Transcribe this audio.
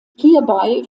hierbei